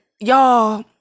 y'all